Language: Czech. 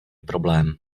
problém